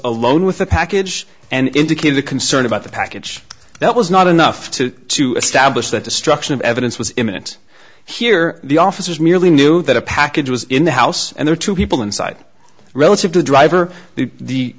alone with the package and indicated a concern about the package that was not enough to to establish that destruction of evidence was imminent here the officers merely knew that a package was in the house and there are two people inside relative to driver the